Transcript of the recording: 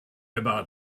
about